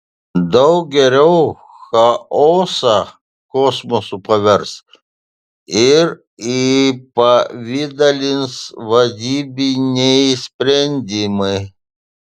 daug geriau chaosą kosmosu pavers ir įpavidalins vadybiniai sprendimai